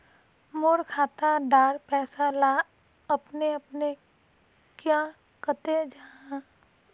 मोर खाता डार पैसा ला अपने अपने क्याँ कते जहा?